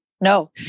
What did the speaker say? No